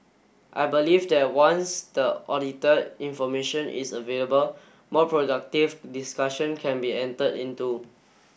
I believe that once the audited information is available more productive discussion can be enter into